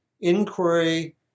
inquiry